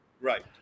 right